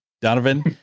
Donovan